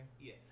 Yes